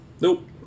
Nope